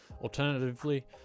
alternatively